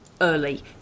early